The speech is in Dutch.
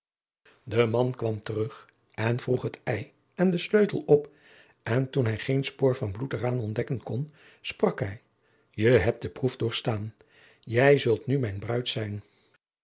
de man kwam terug en vroeg het ei en de sleutel op en toen hij geen spoor van bloed er aan ontdekken kon sprak hij je hebt de proef doorstaan jij zult nu mijn bruid zijn